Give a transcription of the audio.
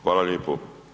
Hvala lijepo.